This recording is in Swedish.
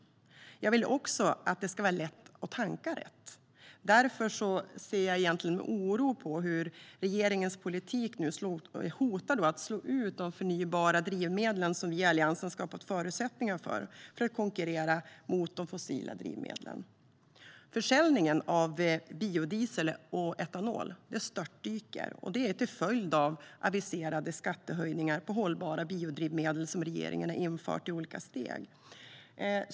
Jag vill också att det ska vara lätt att tanka rätt. Därför ser jag med oro på hur regeringens politik nu hotar att slå ut de förnybara drivmedlen, som vi i Alliansen har skapat förutsättningar för så att de ska kunna konkurrera med de fossila drivmedlen. Försäljningen av biodiesel och etanol störtdyker till följd av aviserade skattehöjningar på hållbara biodrivmedel som regeringen infört i olika steg.